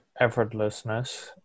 effortlessness